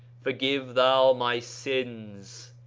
forgive thou my sins,